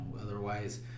otherwise